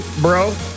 bro